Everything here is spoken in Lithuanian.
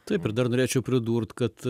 taip ir dar norėčiau pridurt kad